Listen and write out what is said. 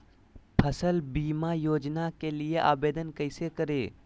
फसल बीमा योजना के लिए आवेदन कैसे करें?